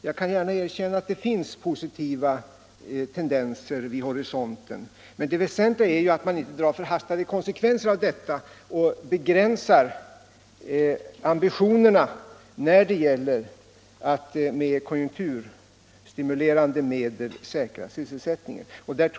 Jag kan gärna erkänna att det finns positiva tendenser vid horisonten, men det väsentliga är att man inte drar förhastade konklusioner därav och begränsar ambitionerna när det gäller att med konjunkturstimulerande medel säkra sysselsättningen.